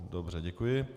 Dobře, děkuji.